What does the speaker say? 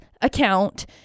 account